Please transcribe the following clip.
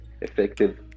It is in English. effective